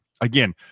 again